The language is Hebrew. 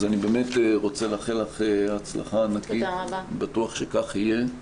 אז אני באמת רוצה לאחל לך הצלחה ענקית בטוח שכך יהיה.